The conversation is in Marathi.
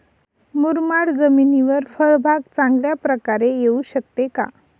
मुरमाड जमिनीवर फळबाग चांगल्या प्रकारे येऊ शकते का?